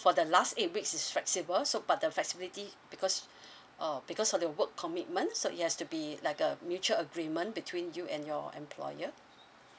for the last eight weeks it's flexible so but the flexibility because uh because of the work commitment so it has to be like a mutual agreement between you and your employer